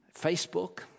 Facebook